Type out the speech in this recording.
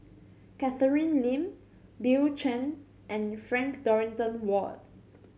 Catherine Lim Bill Chen and Frank Dorrington Ward